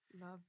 Love